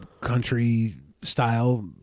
country-style